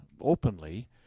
openly